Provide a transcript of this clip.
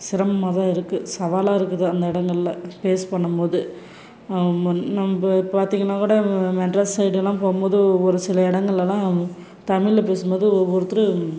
சிரமமாக தான் இருக்குது சவாலாக இருக்குது அந்த இடங்கள்ல ஃபேஸ் பண்ணும்போது நம்ம பார்த்தீங்கன்னா கூட மெட்ராஸ் சைட்லெலாம் போம்போது ஒரு சில இடங்களெல்லாம் தமிழ்ல பேசும்போதும் ஒவ்வொருத்தரும்